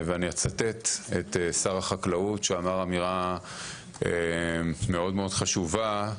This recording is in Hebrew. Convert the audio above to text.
ואני אצטט את שר החקלאות שאמר אמירה מאוד מאוד חשובה,